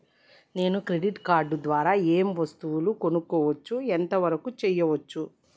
నేను credit card ద్వారా ఏం వస్తువులు కొనుక్కోవచ్చు ఎంత వరకు చేయవచ్చు?